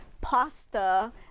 pasta